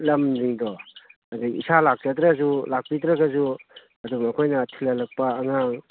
ꯂꯝꯖꯤꯡꯗꯣ ꯑꯗꯩ ꯏꯁꯥ ꯆꯥꯛꯆꯗ꯭ꯔꯁꯨ ꯂꯥꯛꯄꯤꯗ꯭ꯔꯒꯁꯨ ꯑꯗꯨꯝ ꯑꯩꯈꯣꯏꯅ ꯊꯤꯜꯍꯜꯂꯛꯄ ꯑꯉꯥꯡ